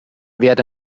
werde